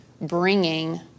bringing